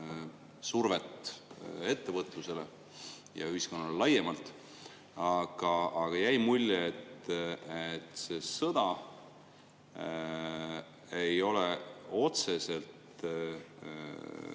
survet ettevõtlusele ja ühiskonnale laiemalt, aga jäi ka mulje, et see sõda ei ole otseselt